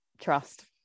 trust